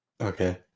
Okay